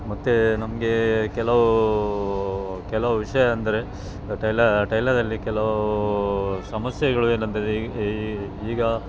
ಮತ್ತು ನಮಗೆ ಕೆಲವು ಕೆಲವು ವಿಷಯ ಅಂದರೆ ಟೈಲರ್ ಟೈಲರಲ್ಲಿ ಕೆಲವು ಸಮಸ್ಯೆಗಳು ಏನೆಂದ್ರೆ ಈಗ